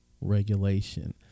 regulation